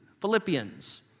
Philippians